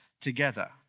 together